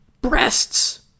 breasts